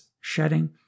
shedding